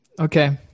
okay